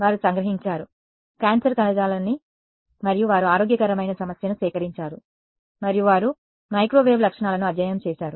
వారు సంగ్రహించారు క్యాన్సర్ కణజాలాన్ని మరియు వారు ఆరోగ్యకరమైన సమస్యను సేకరించారు మరియు వారు మైక్రోవేవ్ లక్షణాలను అధ్యయనం చేశారు